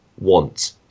want